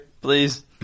please